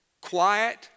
quiet